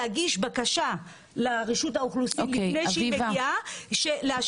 להגיש בקשה לרשות האוכלוסין לפני שהיא מגיעה לאשר.